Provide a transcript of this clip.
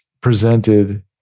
presented